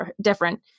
different